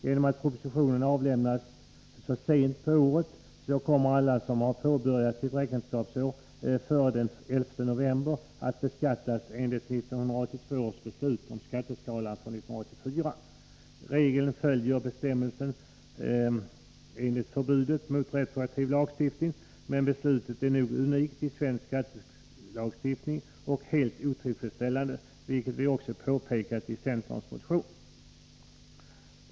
Genom att propositionen avlämnats så sent på året kommer alla som har påbörjat sitt räkenskapsår före den 11 november att beskattas enligt 1982 års beslut om skatteskalan för 1984. Detta är visserligen i överensstämmelse med bestämmelsen om förbud mot retroaktiv lagstiftning, men beslutet är nog unikt i svensk skattelagstiftning och helt otillfredsställande, vilket vi också påpekat i centerns motion.